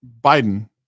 Biden